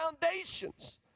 foundations